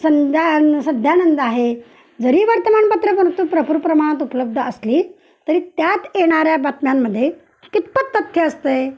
संध्या संध्यानंद आहे जरी वर्तमानपत्रं भरपूर प्रमाणात उपलब्ध असली तरी त्यात येणाऱ्या बातम्यांमध्ये कितपत तथ्य असते